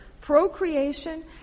procreation